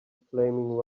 flaming